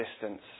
distance